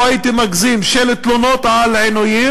לא הייתי מגזים של תלונות על עינויים,